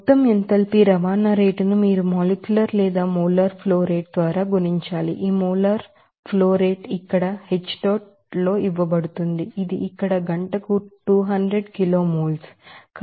మొత్తం ఎంథాల్పీ రవాణా రేటును మీరు మాలిక్యులర్ లేదా మోలార్ ఫ్లో రేటు ద్వారా గుణించాలి ఈ మోలార్ ఫ్లో రేటు ఇక్కడ హెచ్ డాట్ లో ఇవ్వబడుతుంది ఇది ఇక్కడ గంటకు 200 కిలోమోల్